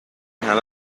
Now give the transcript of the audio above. همه